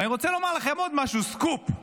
ואני רוצה לומר לכם עוד משהו, סקופ.